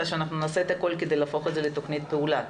שנעשה הכול כדי להפוך את זה לתוכנית פעולה,